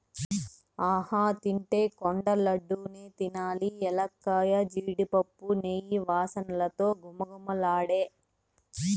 ఆహా తింటే కొండ లడ్డూ నే తినాలి ఎలక్కాయ, జీడిపప్పు, నెయ్యి వాసనతో ఘుమఘుమలాడే